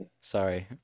sorry